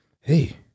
hey